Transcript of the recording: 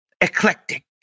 eclectic